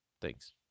thanks